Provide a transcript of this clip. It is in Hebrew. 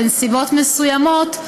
בנסיבות מסוימות,